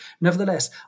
Nevertheless